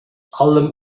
allem